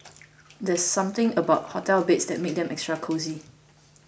there's something about hotel beds that makes them extra cosy